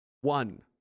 One